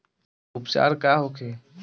उपचार का होखे?